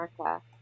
America